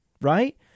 right